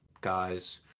guys